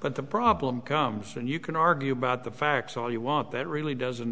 but the problem comes and you can argue about the facts all you want that really doesn't